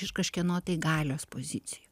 iš kažkieno tai galios pozicijų